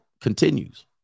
continues